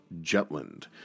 Jutland